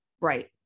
right